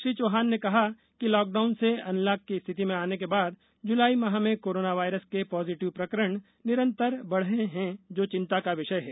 श्री चौहान ने कहा कि लॉकडाउन से अनलॉक की स्थिति में आने के बाद जुलाई माह में कोरोना वायरस के पॉजीटिव प्रकरण निरंतर बढ़े हैं जो चिंता का विषय है